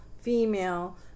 female